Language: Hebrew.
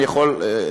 אני יכול להתחייב,